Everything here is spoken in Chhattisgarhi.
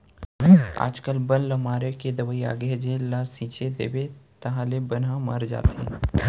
आजकाल बन ल मारे के दवई आगे हे जेन ल छिंच देबे ताहाँले बन ह मर जाथे